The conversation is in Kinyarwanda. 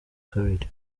kabiri